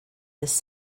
this